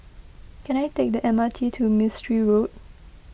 can I take the M R T to Mistri Road